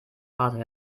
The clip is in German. vater